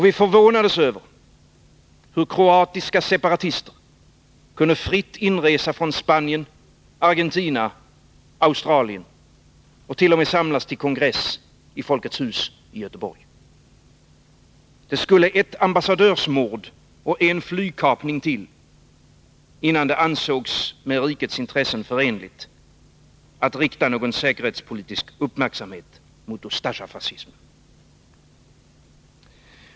Vi förvånades över hur kroatiska separatister kunde fritt inresa från Spanien, Argentina och Australien och t.o.m. samlas till kongress i Folkets husi Göteborg. Det skulle ett ambassadörsmord och en flygkapning till innan det ansågs med rikets intressen förenligt att rikta någon säkerhetspolitisk uppmärksamhet mot Ustasja-fascismen.